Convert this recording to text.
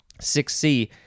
6c